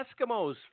Eskimos